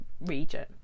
region